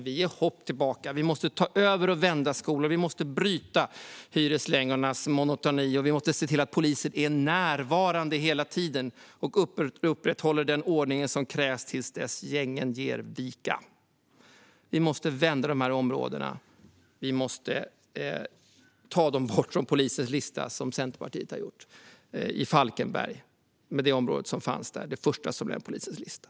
Vi måste ta över och vända skolor, bryta hyreslängornas monotoni och se till att polisen är närvarande hela tiden och upprätthåller den ordning som krävs tills gängen ger vika. Vi måste vända dessa områden och ta bort dem från polisens lista, som Centerpartiet har gjort i Falkenberg med det första område som lämnade polisens lista.